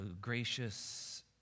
gracious